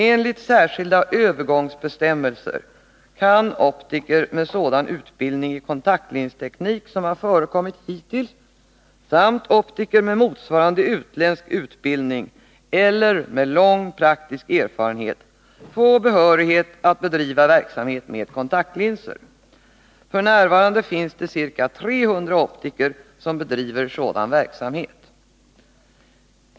Enligt särskilda övergångsbestämmelser kan optiker med sådan utbildning i kontaktlinsteknik som har förekommit hittills samt optiker med motsvarande utländsk utbildning eller med lång praktisk erfarenhet få behörighet att bedriva verksamhet med kontaktlinser. F. n. finns det ca 300 optiker som bedriver sådan verksamhet.